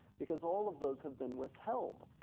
because all of those have been withheld,